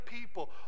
people